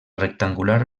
rectangular